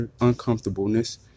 uncomfortableness